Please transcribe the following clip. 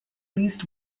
least